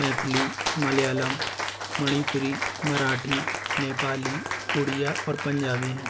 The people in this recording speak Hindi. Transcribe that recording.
मैथिली मलियालम मणिपुरी मराठी नेपाली उड़िया और पंजाबी हैं